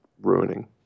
ruining